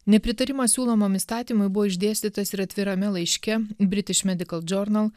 nepritarimą siūlomam įstatymui buvo išdėstytas ir atvirame laiške british medical journal